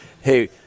Hey